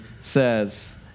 says